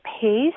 pace